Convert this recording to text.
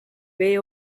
way